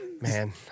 Man